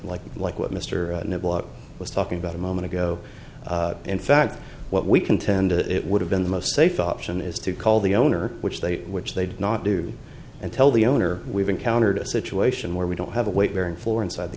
like like what mr was talking about a moment ago in fact what we contend it would have been the most safe option is to call the owner which they which they did not do and tell the owner we've encountered a situation where we don't have a weight bearing for inside the